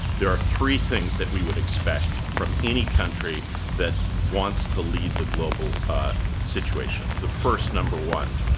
there are three things that we would expect from any country that wants to lead the global situation. the first, number one,